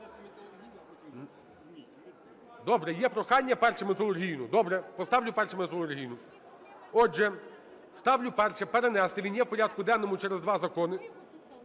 Добре, поставлю першим металургійну. Отже, ставлю перше, перенести, він є в порядку денному через два закони,